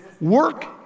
work